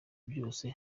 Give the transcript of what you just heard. byose